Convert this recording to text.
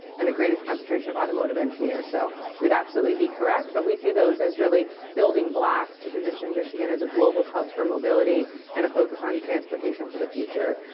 and the greatest concentration of automotive engineers. so you'd absolutely be correct. but we see those as really building blocks to position michigan as a global hub for mobility and a focus on transportation for the future.